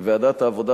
ועדת העבודה,